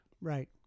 Right